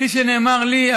כפי שנאמר לי,